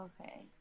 Okay